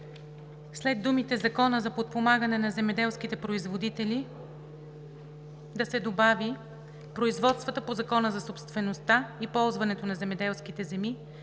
след думите „Законът за подпомагане на земеделските производители“ да се добави: „производствата по Закона за собствеността и ползването на земеделските земи,